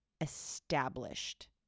established